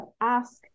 ask